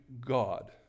God